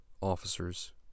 officers